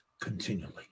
continually